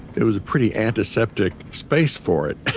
it was a pretty antiseptic space for it,